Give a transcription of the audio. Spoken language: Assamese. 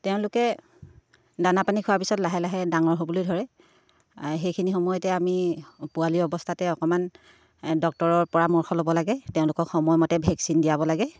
তেওঁলোকে দানা পানী খোৱাৰ পিছত লাহে লাহে ডাঙৰ হ'বলৈ ধৰে সেইখিনি সময়তে আমি পোৱালি অৱস্থাতে অকণমান ডক্টৰৰ পৰামৰ্শ ল'ব লাগে তেওঁলোকক সময়মতে ভেকচিন দিয়াব লাগে